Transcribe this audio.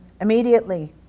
Immediately